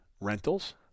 rentals